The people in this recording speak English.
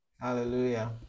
Hallelujah